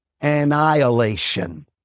annihilation